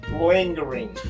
lingering